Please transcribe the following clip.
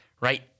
right